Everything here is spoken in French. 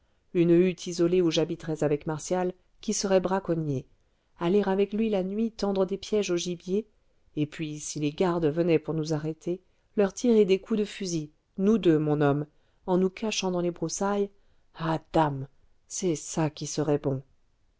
une hutte isolée où j'habiterais avec martial qui serait braconnier aller avec lui la nuit tendre des pièges au gibier et puis si les gardes venaient pour nous arrêter leur tirer des coups de fusils nous deux mon homme en nous cachant dans les broussailles ah dame c'est ça qui serait bon